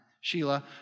Sheila